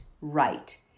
right